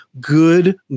good